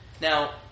Now